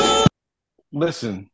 Listen